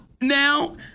Now